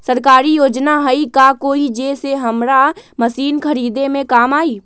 सरकारी योजना हई का कोइ जे से हमरा मशीन खरीदे में काम आई?